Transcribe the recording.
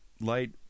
Light